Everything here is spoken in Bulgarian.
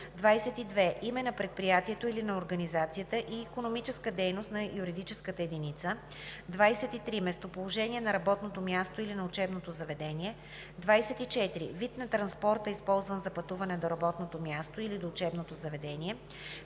22. име на предприятието или на организацията и икономическа дейност на юридическата единица; 23. местоположение на работното място или на учебното заведение; 24. вид на транспорта, използван за пътуване до работното място или до учебното заведение;